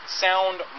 sound